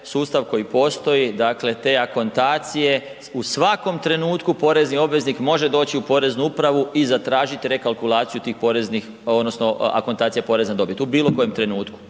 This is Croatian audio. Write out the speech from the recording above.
sustav koji postoji, dakle te akontacije u svakom trenutku porezni obveznik može doći u poreznu upravu i zatražiti rekalkulaciju tih poreznih odnosno akontacija poreza na dobit, u bilo kojem trenutku